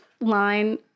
line